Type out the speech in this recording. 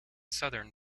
southern